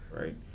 right